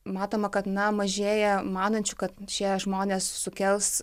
matoma kad na mažėja manančių kad šie žmonės sukels